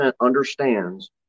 understands